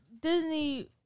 Disney